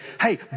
hey